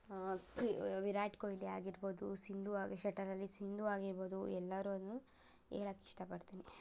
V Virat Kohli ಆಗಿರ್ಬೋದು ಸಿಂಧು ಆಗಿ ಶೆಟಲಲ್ಲಿ ಸಿಂಧು ಆಗಿರ್ಬೋದು ಎಲ್ಲರನ್ನು ಹೇಳಕ್ ಇಷ್ಟಪಡ್ತೀನಿ